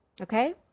Okay